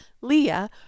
Leah